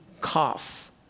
cough